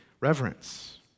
reverence